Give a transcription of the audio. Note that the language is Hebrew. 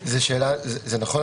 נכון,